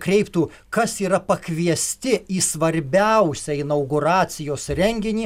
kreiptų kas yra pakviesti į svarbiausią inauguracijos renginį